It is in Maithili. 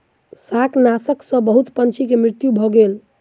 शाकनाशक सॅ बहुत पंछी के मृत्यु भ गेल